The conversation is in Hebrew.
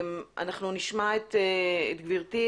אנחנו נשמע את גברתי,